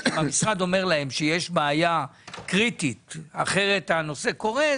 המשרד אומר להם שיש בעיה קריטית ואחרת הנושא קורס